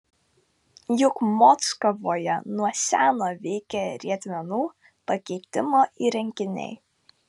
juk mockavoje nuo seno veikia riedmenų pakeitimo įrenginiai